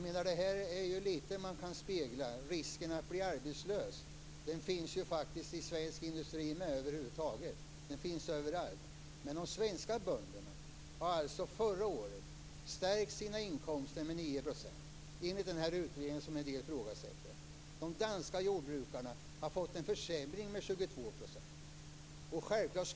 Man kan ju spegla risken att bli arbetslös. Den risken finns i Sveriges industri över huvud taget - den finns överallt. Men de svenska bönderna har alltså förra året stärkt sina inkomster med 9 %, enligt den utredning som en del ifrågasätter. De danska jordbrukarna har fått en försämring med 22 %.